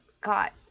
got